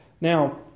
Now